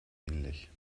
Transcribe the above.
ähnlich